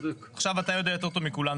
עכשיו אתה יודע יותר טוב מכולנו,